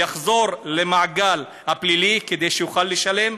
הוא יחזור למעגל הפלילי כדי שיוכל לשלם?